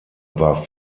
war